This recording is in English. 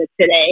today